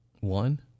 One